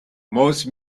most